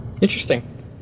interesting